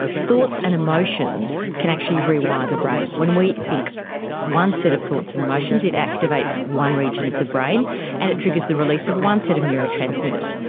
thoughts and emotions can actually rewire the brain. when we think one set of thoughts and emotions it activates one region of the brain and it triggers the release of one set of neurotransmitters.